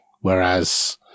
Whereas